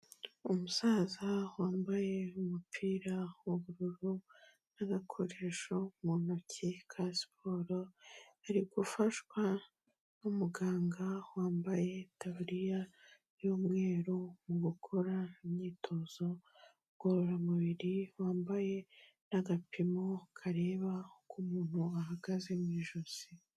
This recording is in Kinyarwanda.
Umusaza wambaye umupira w'ubururu n'agakoresho mu ntoki ka siporo, ari gufashwa n'umuganga wambaye itaburiya y'umweru, urimo gukora imyitozo ngororamubiri, wambaye n'agapimo kareba uko umuntu ahagaze mu ijosi.